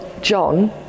John